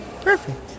Perfect